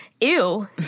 Ew